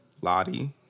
Lottie